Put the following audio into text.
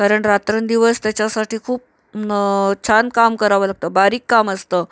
कारण रात्रंदिवस त्याच्यासाठी खूप न छान काम करावं लागतं बारीक काम असतं